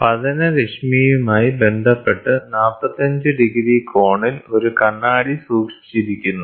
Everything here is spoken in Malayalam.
പതന രശ്മിയുമായി ബന്ധപ്പെട്ട് 45 ഡിഗ്രി കോണിൽ ഒരു കണ്ണാടി സൂക്ഷിച്ചിരിക്കുന്നു